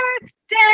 birthday